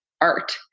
art